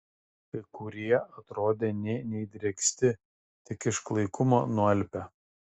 kai kurie atrodė nė neįdrėksti tik iš klaikumo nualpę